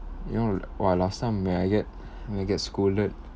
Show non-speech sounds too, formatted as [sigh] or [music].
you know li~ !wah! last time when I get [breath] when I get scolded